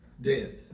dead